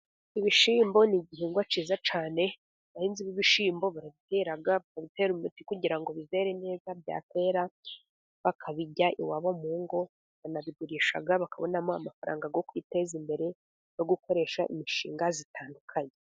Ibishyimbo ni igihingwa cyiza cyane , abahinzi b'ibishyimbo barabitera bakabitera umuti kugira ngo bizere neza, byakwera bakabirya iwabo mu ngo baranabigurisha bakabonamo amafaranga yo kwiteza imbere, no gukoresha imishinga itandukanye.